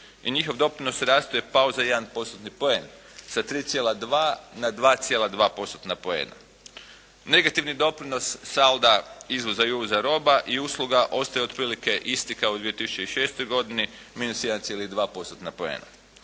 njihov doprinos rastu je pao za jedan postotni poen sa 3,2 na 2,2 postotna poena. Negativni doprinos salta izvoza i uvoza roba i usluga ostaje otprilike isti kao i u 2006. godini minus 1,2 postotna